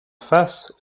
face